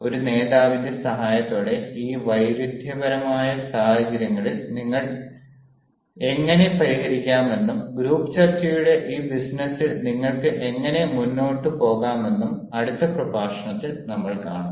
ഒരു നേതാവിന്റെ സഹായത്തോടെ ഈ വൈരുദ്ധ്യപരമായ സാഹചര്യങ്ങൾ എങ്ങനെ പരിഹരിക്കാമെന്നും ഗ്രൂപ്പ് ചർച്ചയുടെ ഈ ബിസിനസ്സിൽ നിങ്ങൾക്ക് എങ്ങനെ മുന്നോട്ട് പോകാമെന്നും അടുത്ത പ്രഭാഷണത്തിൽ നമ്മൾ കാണും